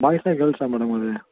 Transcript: பாய்ஸ்சா கேர்ள்ஸ்சா மேடம் அது